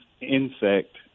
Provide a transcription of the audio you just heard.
insect